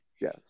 yes